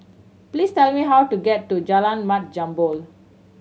please tell me how to get to Jalan Mat Jambol